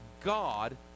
God